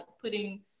putting